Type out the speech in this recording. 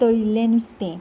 तळिल्लें नुस्तें